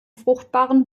fruchtbaren